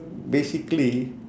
basically